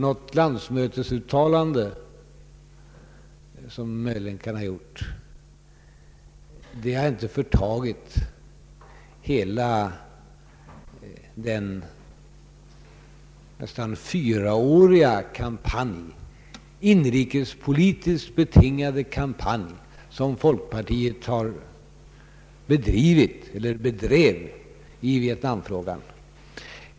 Något landsmötesuttalande som möjligen kan ha gjorts har inte förtagit den nästan fyraåriga inrikespolitiskt betingade kampanj som folkpartiet har bedrivit i Vietnamfrågan.